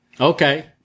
Okay